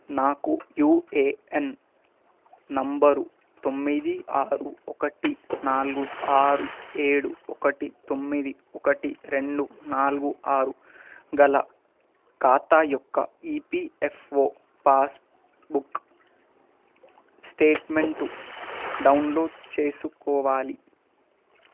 నాకు UAN number తొమ్మిది ఆరు ఒకటి నాలుగు ఆరు ఏడు ఒకటి తొమ్మిది ఒకటి రెండు నాలుగు ఆరు గల ఖాతా యొక్క ఈపిఎఫ్ఓ పాస్బుక్ స్టేట్మెంట్ డౌన్లోడ్ చేసుకోవాలి